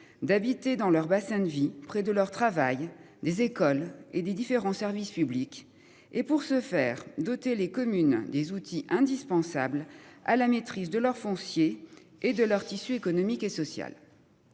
d'inviter dans leur bassin de vie près de leur travail, des écoles et des différents services publics et pour ce faire douter les communes des outils indispensables à la maîtrise de leur foncier et de leur tissu économique et social.